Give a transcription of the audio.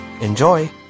Enjoy